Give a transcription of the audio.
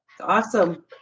Awesome